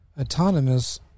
autonomous